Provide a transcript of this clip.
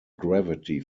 gravity